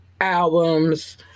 albums